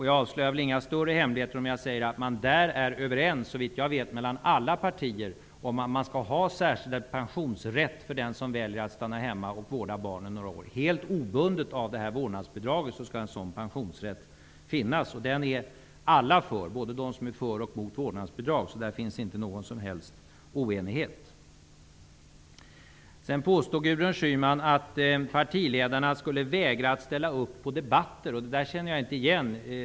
Jag avslöjar väl inga större hemligheter om jag säger att alla partier där såvitt jag vet är överens om att man skall ha särskild pensionsrätt för den som väljer att stanna hemma några år och vårda barnen; helt obundet av vårdnadsbidraget skall en sådan pensionsrätt finnas. Den är alla för -- både de som är för vårdnadsbidraget och de som är emot det. Där finns inte någon som helst oenighet. Gudrun Schyman påstod att partiledarna skulle vägra att ställa upp på debatter. Det känner jag inte igen.